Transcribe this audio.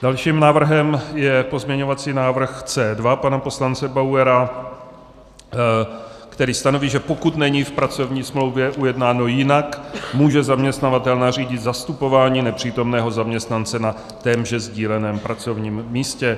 Dalším návrhem je pozměňovací návrh C2 pana poslance Bauera, který stanoví, že pokud není v pracovní smlouvě ujednáno jinak, může zaměstnavatel nařídit zastupování nepřítomného zaměstnance na témže sdíleném pracovním místě.